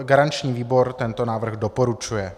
Garanční výbor tento návrh doporučuje.